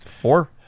Four